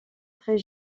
très